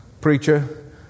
preacher